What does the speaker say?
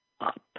up